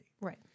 Right